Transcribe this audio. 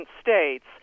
states